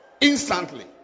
instantly